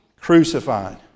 crucified